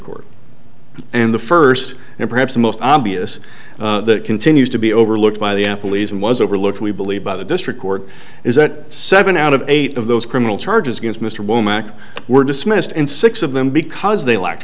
court and the first and perhaps the most obvious that continues to be overlooked by the apple even was overlooked we believe by the district court is that seven out of eight of those criminal charges against mr womack were dismissed in six of them because they l